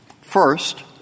first